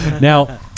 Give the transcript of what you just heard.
Now